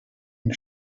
and